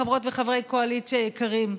חברות וחברי קואליציה יקרים,